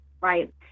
right